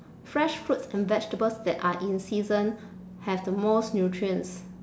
fresh fruits and vegetables that are in season have the most nutrients